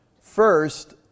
First